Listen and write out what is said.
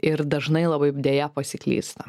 ir dažnai labai deja pasiklysta